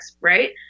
right